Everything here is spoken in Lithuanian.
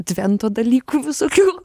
advento dalykų visokių